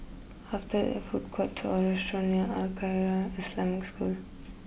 after there food courts or restaurant near Al Khairiah Islamic School